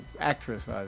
actress